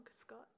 Scott